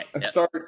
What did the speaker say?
start